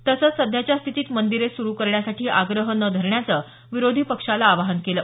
तसंच सध्याच्या स्थितीत मंदिरे सुरू करण्यासाठी आग्रह न धरण्याचं विरोधी पक्षाला आवाहन केल